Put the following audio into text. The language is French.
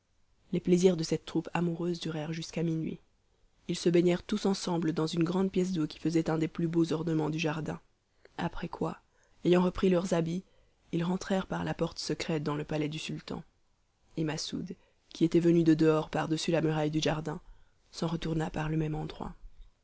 les plaisirs de cette troupe amoureuse durèrent jusqu'à minuit ils se baignèrent tous ensemble dans une grande pièce d'eau qui faisait un des plus beaux ornements du jardin après quoi ayant repris leurs habits ils rentrèrent par la porte secrète dans le palais du sultan et masoud qui était venu de dehors par-dessus la muraille du jardin s'en retourna par le même endroit